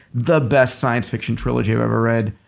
the best science fiction trilogy i've ever read.